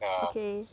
okay